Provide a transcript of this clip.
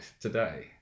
today